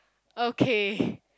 okay